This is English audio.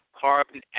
carbon